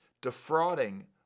defrauding